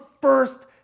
first